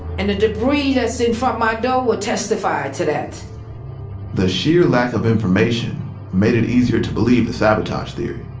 and the debris that's in front of my door will testify to that the sheer lack of information made it easier to believe the sabotage theory.